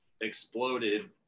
exploded